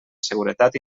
seguretat